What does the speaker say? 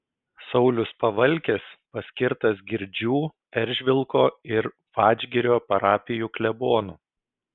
saulius pavalkis paskirtas girdžių eržvilko ir vadžgirio parapijų klebonu